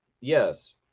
yes